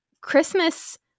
Christmas